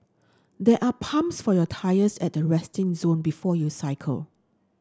there are pumps for your tyres at the resting zone before you cycle